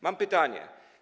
Mam pytanie.